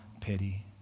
pity